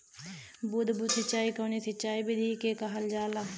बूंद बूंद सिंचाई कवने सिंचाई विधि के कहल जाला?